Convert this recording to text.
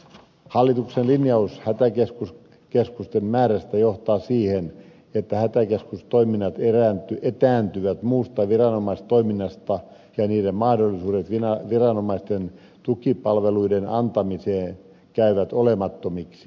hallituksen linjaus hätäkeskusten määrästä johtaa siihen että hätäkeskustoiminnat etääntyvät muusta viranomaistoiminnasta ja niiden mahdollisuudet viranomaisten tukipalveluiden antamiseen käyvät olemattomiksi